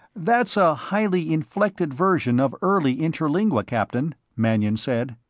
that's a highly inflected version of early interlingua, captain, mannion said.